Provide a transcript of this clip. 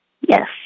Yes